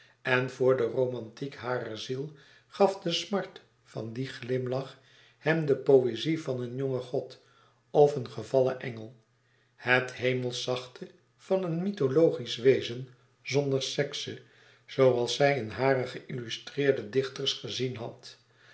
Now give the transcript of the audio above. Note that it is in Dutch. en voor de romantiek harer ziel gaf de smart van dien glimlach hem de poëzie van een jongen god of een gevallen engel het hemelsch zachte van een mythologisch wezen zonder sekse zooals zij in hare geïllustreerde dichters gezien had